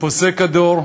פוסק הדור,